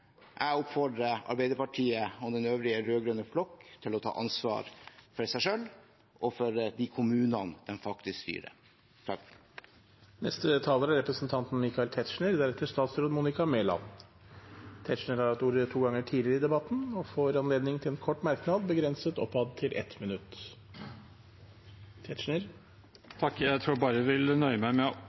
Jeg oppfordrer Arbeiderpartiet og den øvrige rød-grønne flokk til å ta ansvar for seg selv og for de kommunene de faktisk styrer. Representanten Michael Tetzschner har hatt ordet to ganger tidligere og får ordet til en kort merknad, begrenset til 1 minutt. Jeg tror jeg vil nøye meg med